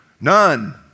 none